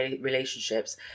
relationships